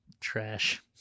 Trash